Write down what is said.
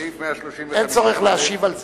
אין צורך להשיב על זה.